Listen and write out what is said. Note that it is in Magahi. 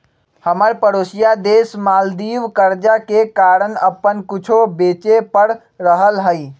हमर परोसिया देश मालदीव कर्जा के कारण अप्पन कुछो बेचे पड़ रहल हइ